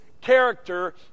character